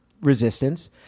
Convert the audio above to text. resistance